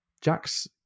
Jack's